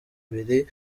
bibiri